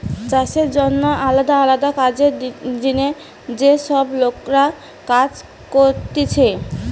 চাষের জন্যে আলদা আলদা কাজের জিনে যে সব লোকরা কাজ করতিছে